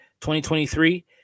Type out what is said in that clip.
2023